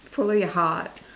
follow your heart